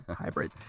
hybrid